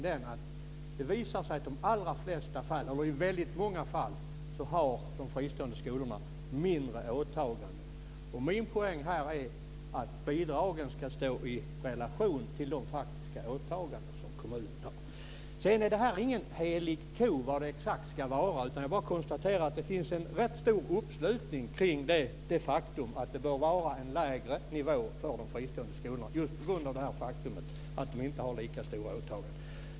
Det visar sig nämligen att i många fall har de fristående skolorna mindre åtaganden. Min poäng är att bidragen ska stå i relation till de faktiska åtaganden som kommunen har. Sedan är det ingen helig ko exakt var nivån ska ligga. Jag bara konstaterar att det finns en rätt stor uppslutning kring det faktum att det bör vara en lägre nivå för de fristående skolorna just på grund av det faktum att de inte har lika stora åtaganden.